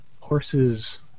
Horses